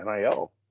NIL